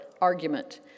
argument